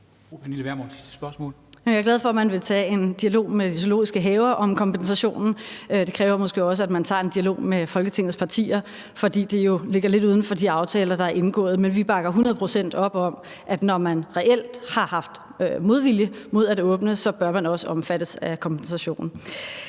Jeg er glad for, at man vil tage en dialog med de zoologiske haver om kompensationen. Det kræver måske også, at man tager en dialog med Folketingets partier, fordi det jo ligger lidt uden for de aftaler, der er indgået. Men vi bakker hundrede procent op om, at man, når der reelt har været en modvilje mod, at man kunne åbne, så også bør omfattes af kompensationen.